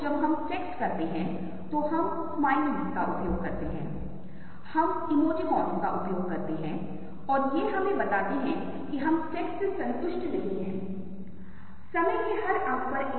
अब यहाँ एक और उदाहरण है जिस तरह से हम दूरियों का बोध कराते हैं जो इस तथ्य के बावजूद है कि वे एक ही स्तर में स्थित हैं हम कहेंगे कि यह सामने की ओर है यह बीच में है और यह पृष्ठभूमि में है